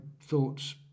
thoughts